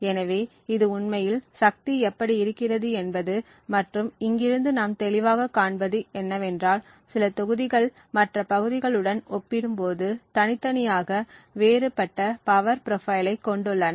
எனவே இது உண்மையில் சக்தி எப்படி இருக்கிறது என்பது மற்றும் இங்கிருந்து நாம் தெளிவாகக் காண்பது என்னவென்றால் சில தொகுதிகள் மற்ற பகுதிகளுடன் ஒப்பிடும்போது தனித்தனியாக வேறுபட்ட பவர் ப்ரொபைலைக் கொண்டுள்ளன